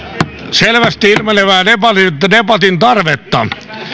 selvästi ilmenevää debatin tarvetta